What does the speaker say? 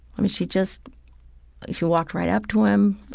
i mean, she just she walked right up to him